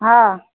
हँ